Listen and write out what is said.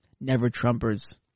never-Trumpers